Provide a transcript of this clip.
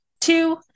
Two